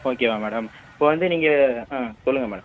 ஓகேவா மேடம் இப்போ வந்து நீங்கள் சொல்லுங்கள் மேடம்